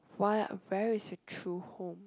why I very seek true home